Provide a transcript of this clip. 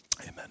Amen